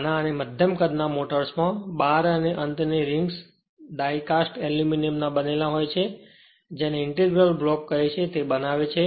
નાના અને મધ્યમ કદના મોટર્સમાં બાર અને અંતની રિંગ્સ ડાઇ કાસ્ટ એલ્યુમિનિયમના બનેલા હોય છે જેને ઇન્ટિગ્રલ બ્લોક કહે છે તે બનાવે છે